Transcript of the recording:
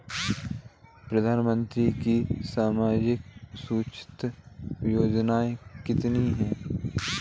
प्रधानमंत्री की सामाजिक सुरक्षा योजनाएँ कितनी हैं?